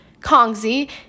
Kongzi